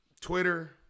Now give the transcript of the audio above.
Twitter